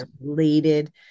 related